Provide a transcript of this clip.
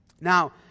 Now